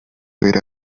era